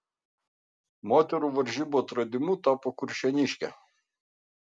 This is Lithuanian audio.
moterų varžybų atradimu tapo kuršėniškė